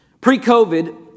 Pre-COVID